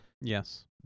Yes